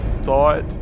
thought